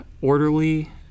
orderly